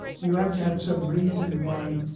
you have to have some reason why